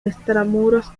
extramuros